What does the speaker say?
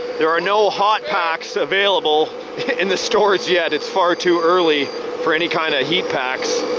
there are no hot packs available in the stores yet. it's far too early for any kind of heat packs.